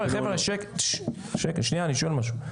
שנייה, אני שואל משהו.